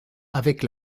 avec